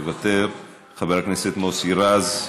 מוותר, חבר הכנסת מוסי רז,